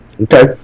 okay